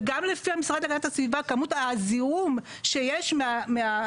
וגם לפי המשרד להגנת הסביבה כמות הזיהום שיש מהאסדות,